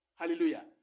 Hallelujah